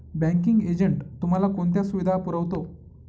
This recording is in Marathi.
बँकिंग एजंट तुम्हाला कोणत्या सुविधा पुरवतो?